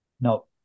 No